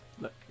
Look